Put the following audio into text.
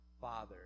Father